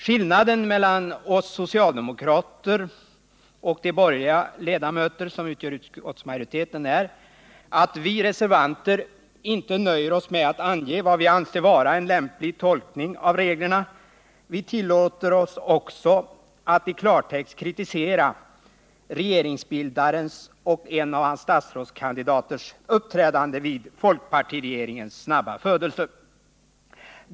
Skillnaden mellan oss socialdemokrater och de borger liga ledamöterna som utgör majoriteten är att vi reservanter inte nöjer oss med att ange vad vi anser vara en lämplig tolkning av reglerna, utan vi tillåter oss också att i klartext kritisera regeringsbildarens och en av hans statsrådskandidaters uppträdande vid folkpartiregeringens snabba födelse.